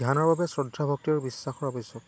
ধ্যানৰ বাবে শ্ৰদ্ধা ভক্তিৰ আৰু বিশ্বাসৰ আৱশ্যক